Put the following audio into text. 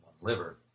liver